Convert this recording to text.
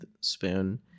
spoon